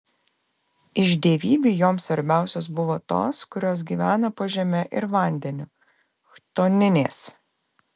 iš dievybių joms svarbiausios buvo tos kurios gyvena po žeme ir vandeniu chtoninės